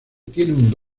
tiene